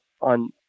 on